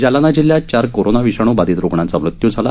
जालना जिल्ह्यात चार कोरोना विषाणू बाधित रुग्णांचा मृत्यू झाला